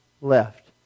left